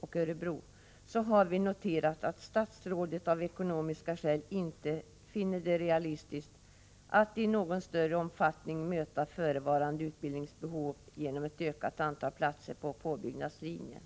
och Örebro, har vi noterat att statsrådet av ekonomiska skäl inte finner det realistiskt att i någon större omfattning möta förevarande utbildningsbehov genom ett ökat antal platser på påbyggnadslinjen.